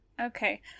okay